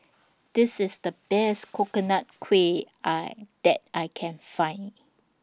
This IS The Best Coconut Kuih I that I Can Find